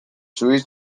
شویی